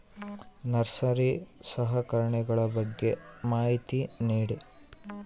Nursery ಸಲಕರಣೆಗಳ ಬಗ್ಗೆ ಮಾಹಿತಿ ನೇಡಿ?